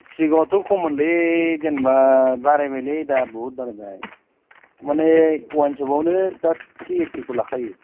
सिगाङावथ' खम मोनलै जेन'बा बारायबायलै दा बुहुद बारायबाय माने वाइन सपआवनो दा थ्रि ओइथि खौ लाखायो